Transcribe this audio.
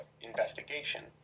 investigation